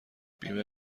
بیمه